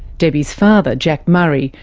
debbie's father, jack murray,